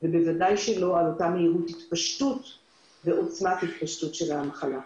ובוודאי שלא על אותה מהירות ועוצמת התפשטות של המחלות.